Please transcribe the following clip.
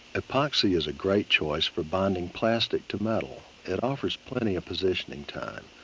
epoxy is a great choice for bonding plastic to metal. it offers plenty of positioning time.